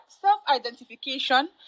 self-identification